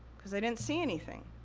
cause i didn't see anything.